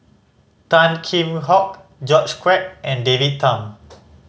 Tan Kheam Hock George Quek and David Tham